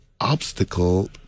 obstacle